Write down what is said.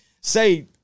Say